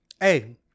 hey